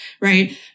Right